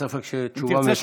אין ספק שהתשובה מפורטת.